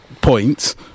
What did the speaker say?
points